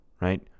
right